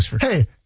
Hey